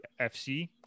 FC